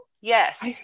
Yes